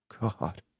God